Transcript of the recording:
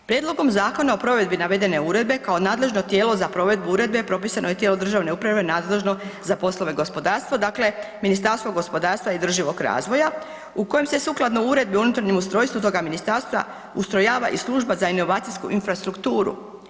Prijedlogom zakona o provedbi navedene uredbe kao nadležno tijelo za provedbu uredbe, propisano je tijelo državne uprave nadležno za poslove gospodarstva, dakle Ministarstvo gospodarstva i održivog razvoja u kojem se sukladno uredbi o unutarnjem ustrojstvu toga ministarstva ustrojava i služba za inovacijsku infrastrukturu.